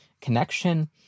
connection